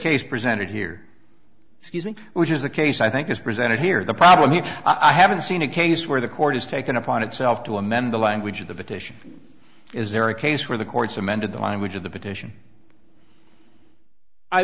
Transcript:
case presented here excuse me which is the case i think is presented here the problem here i haven't seen a case where the court has taken upon itself to amend the language of the petition is there a case where the court's amended the language of the petition i